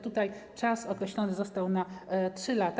Tutaj czas określony został na 3 lata.